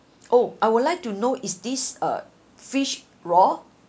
oh I would like to know is this uh fish raw